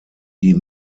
die